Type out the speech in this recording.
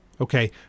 Okay